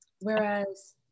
whereas